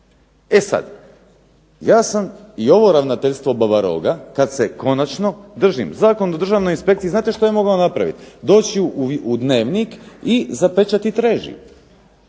E sad, ja sam i ovo ravnateljstvo baba roga kad se konačno držim, Zakon o državnoj inspekciji znate što je mogao napraviti, doći u Dnevnik i zapečatit režiju.